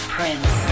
Prince